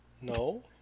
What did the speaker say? No